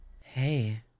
Hey